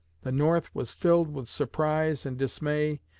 the north was filled with surprise and dismay,